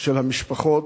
של המשפחות,